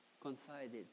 confided